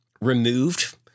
removed